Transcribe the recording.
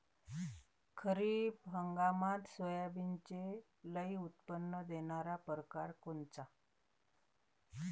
खरीप हंगामात सोयाबीनचे लई उत्पन्न देणारा परकार कोनचा?